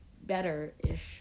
better-ish